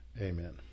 Amen